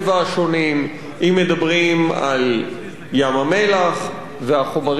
אם מדברים על ים-המלח והחומרים שמופקים ממנו,